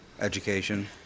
education